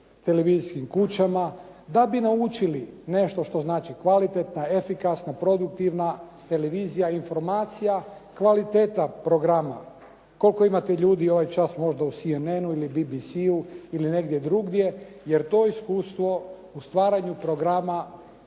televizijskim kućama, da bi naučili nešto što znači kvalitetna, efikasna, produktivna televizija informacija, kvaliteta programa. Koliko imate ljudi možda ovaj čas u CNN-u ili BBC-u ili negdje drugdje, jer to iskustvo u stvaranju programa